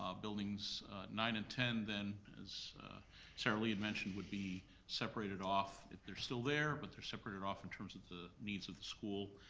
buildings nine and ten, then, as saralee mentioned, would be separated off if they're still there, but they're separated off in terms of the needs of the school,